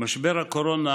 משבר הקורונה